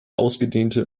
ausgedehnte